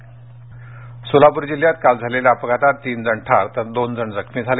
सोलापर सोलापूर जिल्ह्यात काल झालेल्या अपघातात तीन जण ठार तर दोन जण जखमी झाले